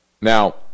Now